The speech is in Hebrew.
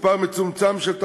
אפשר להמשיך.